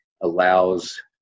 allows